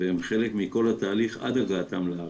והם חלק מכל התהליך עד הגעתם לארץ,